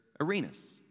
arenas